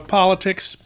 politics